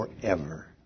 forever